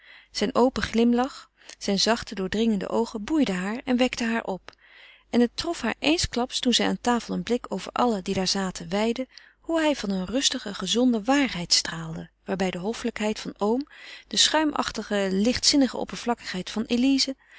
zijn open glimlach zijn zachte doordringende oogen boeiden haar en wekten haar op en het trof haar eensklaps toen zij aan tafel een blik over allen die daar zaten weidde hoe hij van eene rustige gezonde waarheid straalde waarbij de hoffelijkheid van oom de schuimachtige lichtzinnige oppervlakkigheid van elize